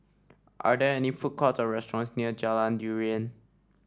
are there any food courts or restaurants near Jalan Durian